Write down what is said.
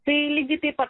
tai lygiai taip pat